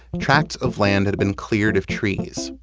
tracts of land had been cleared of trees,